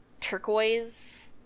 turquoise